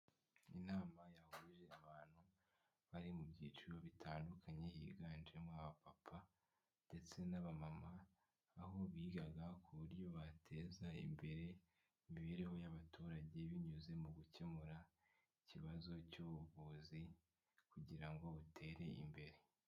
Inama yahuje abantu bari mu byiciro bitandukanye higanjemo abapapa ndetse n'abamama, aho bigaga ku buryo bateza imbere imibereho y'abaturage binyuze mu gukemura ikibazo cy'ubuvuzi kugira ngo butere imbere.